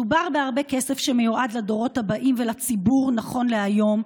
מדובר בהרבה כסף שמיועד לדורות הבאים ולציבור היום,